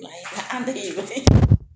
लाइना आन्दायहैबाय